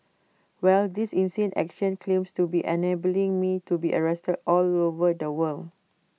well this insane action claims to be enabling me to be arrested all over the world